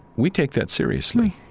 we take that seriously